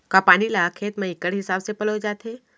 का पानी ला खेत म इक्कड़ हिसाब से पलोय जाथे?